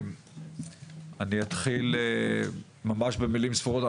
אני אתחיל ממש במילים ספורות,